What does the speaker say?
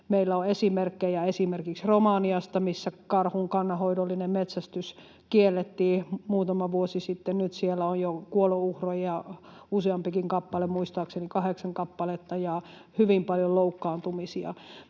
Meillä on esimerkkejä esimerkiksi Romaniasta, missä karhun kannanhoidollinen metsästys kiellettiin muutama vuosi sitten — nyt siellä on jo kuolonuhreja useampikin kappale, muistaakseni kahdeksan kappaletta, ja hyvin paljon loukkaantumisia.